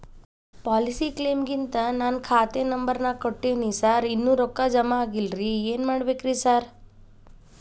Policy ಕ್ಲೇಮಿಗಂತ ನಾನ್ ಖಾತೆ ನಂಬರ್ ನಾ ಕೊಟ್ಟಿವಿನಿ ಸಾರ್ ಇನ್ನೂ ರೊಕ್ಕ ಜಮಾ ಆಗಿಲ್ಲರಿ ಏನ್ ಮಾಡ್ಬೇಕ್ರಿ ಸಾರ್?